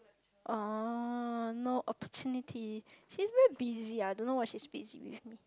oh no opportunity she's very busy I don't know what she's busy with me